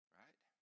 right